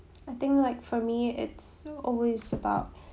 I think like for me it's always about